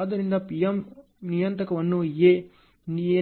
ಆದ್ದರಿಂದ P1 ನಿಯತಾಂಕವನ್ನು A